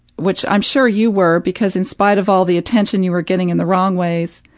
which, i'm sure you were because in spite of all the attention you were getting in the wrong ways,